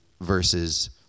versus